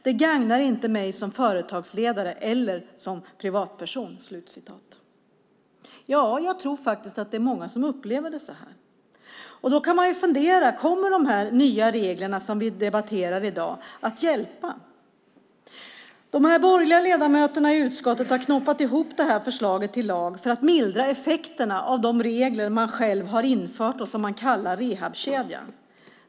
Det gagnar inte mig som företagsledare eller som privatperson. Jag tror att det är många som upplever det så. Man kan fundera på om de nya regler som vi debatterar i dag kommer att hjälpa. De borgerliga ledamöterna i utskottet har knåpat ihop det här förslaget till lag för att mildra effekterna av de regler man själv har infört och som man kallar rehabkedjan.